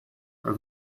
are